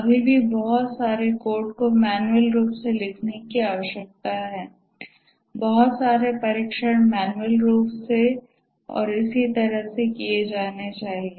अभी भी बहुत सारे कोड को मैन्युअल रूप से लिखने की आवश्यकता है बहुत सारे परीक्षण मैन्युअल रूप से और इसी तरह किए जाने चाहिए